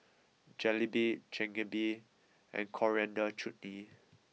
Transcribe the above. Jalebi Chigenabe and Coriander Chutney